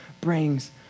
brings